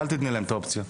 אל תיתני להם את האופציה.